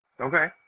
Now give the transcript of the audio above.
Okay